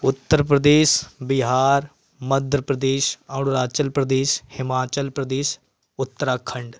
Uttar Pradesh Bihar Madhya Pradesh Arunachal Pradesh Himachal Pradesh Uttarakhand